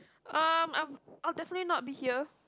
um I'm I'm definitely not be here